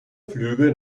flüge